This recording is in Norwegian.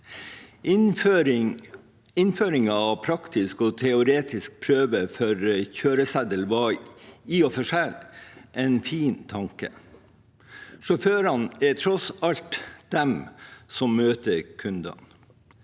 Innføringen av praktisk og teoretisk prøve for kjøreseddel var i og for seg en fin tanke. Sjåførene er tross alt de som møter kundene.